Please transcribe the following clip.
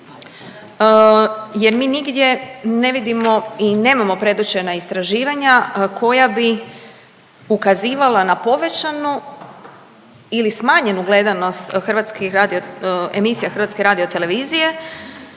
jer mi nigdje ne vidimo i nemamo predočena istraživanja koja bi ukazivala na povećanu ili smanjenu gledanost hrvatske radio, emisija